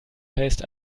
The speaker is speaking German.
heißt